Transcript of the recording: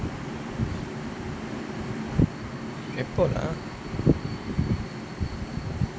எப்படா:eppadaa